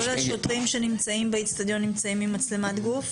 כל השוטרים שנמצאים באצטדיון נמצאים עם מצלמת גוף?